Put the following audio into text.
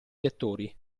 lettori